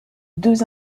deux